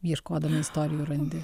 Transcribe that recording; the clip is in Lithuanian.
ieškodami istorinių randi